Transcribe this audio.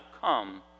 come